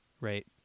right